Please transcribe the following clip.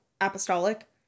apostolic